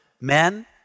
men